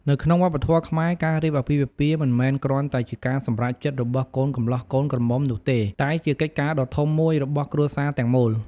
នៅក្នុងវប្បធម៌ខ្មែរ ការរៀបអាពាហ៍ពិពាហ៍មិនមែនគ្រាន់តែជាការសម្រេចចិត្តរបស់កូនកម្លោះកូនក្រមុំនោះទេ តែជាកិច្ចការដ៏ធំមួយរបស់គ្រួសារទាំងមូល។